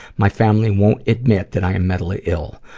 my family won't admit that i am mentally ill.